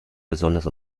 besonders